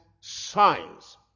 signs